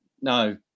no